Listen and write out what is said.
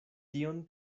tion